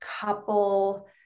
couple